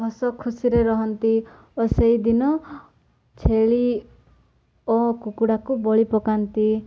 ହସ ଖୁସିରେ ରହନ୍ତି ଓ ସେଇଦିନ ଛେଳି ଓ କୁକୁଡ଼ାକୁ ବଳି ପକାନ୍ତି